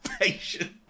Patient